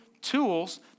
tools